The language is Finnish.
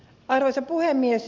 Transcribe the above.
arvoisa puhemies